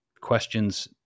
questions